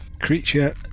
Creature